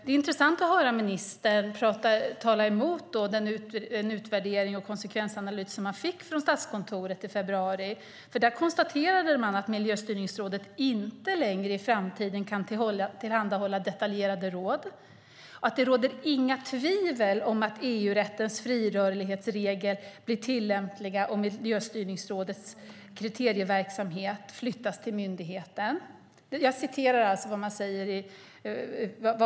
Det är intressant att höra ministern tala emot den utvärdering och konsekvensanalys som kom från Statskontoret i februari. Där konstaterade man att Miljöstyrningsrådet i framtiden inte längre kan tillhandahålla detaljerade råd och att det inte råder några tvivel om att EU-rättens frirörlighetsregler blir tillämpliga på Miljöstyrningsrådets kriterieverksamhet om denna flyttas till en myndighet.